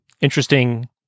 interesting